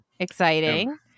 exciting